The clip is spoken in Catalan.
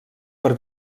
per